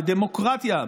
בדמוקרטיה,